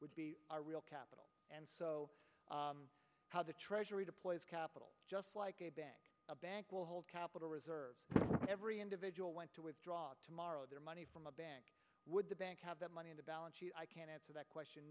would be our real capital and so how the treasury deploys capital just like a bank a bank will hold capital reserves every individual want to withdraw tomorrow their money from a bank would the bank have that money in the balance sheet i can't answer that question